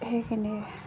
সেইখিনিয়ে